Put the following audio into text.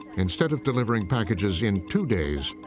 instead of delivering packages in two days,